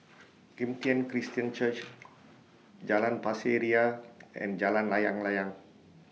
Kim Tian Christian Church Jalan Pasir Ria and Jalan Layang Layang